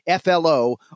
FLO